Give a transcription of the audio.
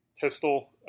pistol